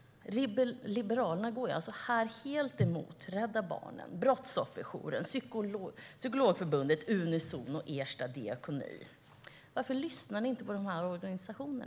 Liberalerna går alltså helt emot Rädda Barnen, Brottsofferjouren, Psykologförbundet, Unizon och Ersta diakoni. Varför lyssnar ni inte på dessa organisationer?